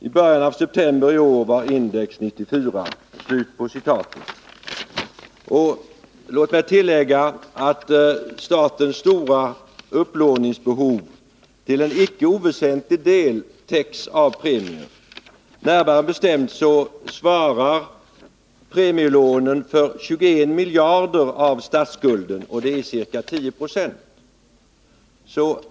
I början av september i år var index ca 94.” Låt mig tillägga att statens stora upplåningsbehov till en icke oväsentlig del täcks av premier. Närmare bestämt svarar premielånen för 21 miljarder av statsskulden, och det är ca 10 20.